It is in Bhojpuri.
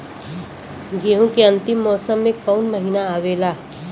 गेहूँ के अंतिम मौसम में कऊन महिना आवेला?